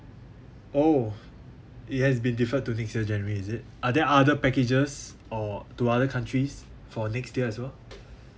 oh it has been deferred to next year january is it are there other packages or to other countries for next year as well